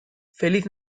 feliz